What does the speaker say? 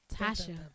Tasha